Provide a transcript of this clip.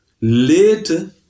Later